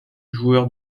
joueur